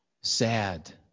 sad